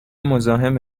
مزاحم